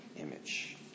image